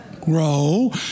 grow